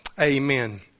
Amen